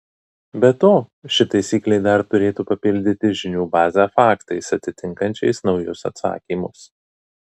be to ši taisyklė dar turėtų papildyti žinių bazę faktais atitinkančiais naujus atsakymus